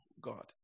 God